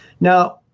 Now